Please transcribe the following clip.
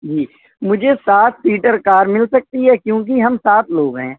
جی مجھے سات seater car مل سکتی ہے کیونکہ ہم سات لوگ ہیں